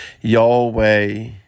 Yahweh